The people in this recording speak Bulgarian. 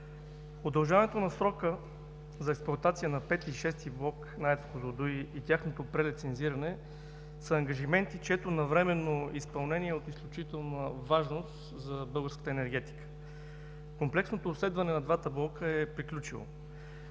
Удължаването на срока за експлоатация на ІV-ти и VІ-ти блок на АЕЦ „Козлодуй“ и тяхното прелицензиране са ангажименти, чието навременно изпълнение е от изключителна важност за българската енергетика. Комплексното обследване на двата блока е приключило.